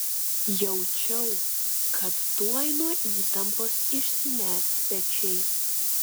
jaučiau kad tuoj nuo įtampos išsiners pečiai